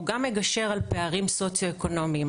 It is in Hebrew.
הוא גם מגשר על פערים סוציו-אקונומיים,